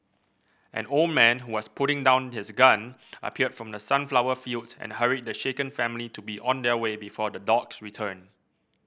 an old man who was putting down his gun appeared from the sunflower fields and hurried the shaken family to be on their way before the dogs return